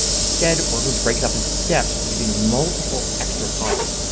instead we're going to break it up into steps using multiple extra columns.